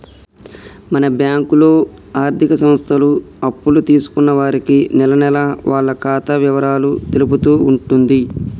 మన బ్యాంకులో ఆర్థిక సంస్థలు అప్పులు తీసుకున్న వారికి నెలనెలా వాళ్ల ఖాతా ఇవరాలు తెలుపుతూ ఉంటుంది